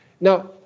Now